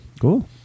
cool